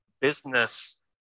business